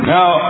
Now